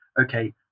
okay